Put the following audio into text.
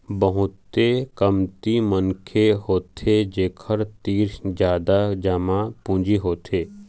बहुते कमती मनखे होथे जेखर तीर जादा जमा पूंजी होथे